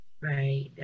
Right